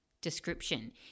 description